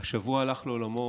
השבוע הלך לעולמו